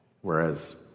whereas